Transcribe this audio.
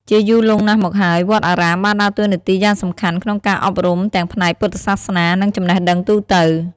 ជាយូរលង់ណាស់មកហើយ វត្តអារាមបានដើរតួនាទីយ៉ាងសំខាន់ក្នុងការអប់រំទាំងផ្នែកពុទ្ធសាសនា និងចំណេះដឹងទូទៅ។